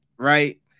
right